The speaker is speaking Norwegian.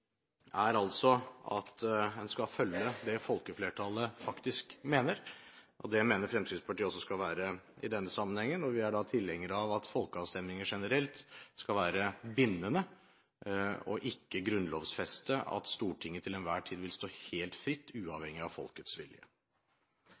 er altså at en skal følge det folkeflertallet faktisk mener. Det mener Fremskrittspartiet at det også skal være i denne sammenhengen. Vi er tilhengere av at folkeavstemninger generelt skal være bindende og ikke grunnlovfeste at Stortinget til enhver tid vil stå helt fritt,